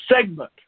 segment